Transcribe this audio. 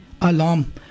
alarm